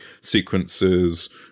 sequences